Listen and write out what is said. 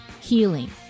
healing